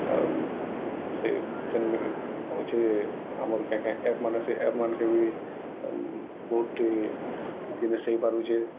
ଆଉ ସେ ଜେନେରେ ଅଛି ଆମର କ୍ୟା କ୍ୟା ଆପ୍ମାନେ ସେ ଆପ୍ମାନକେ ବି ବହୁତି ହି ଜିନିଷ୍ ହେଇପାରୁଛେଁ